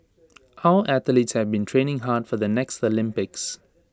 our athletes have been training hard for the next Olympics